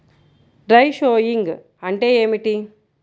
Dry sowing అంటే ఏమిటి?